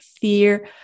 fear